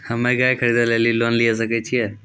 हम्मे गाय खरीदे लेली लोन लिये सकय छियै?